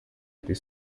этой